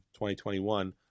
2021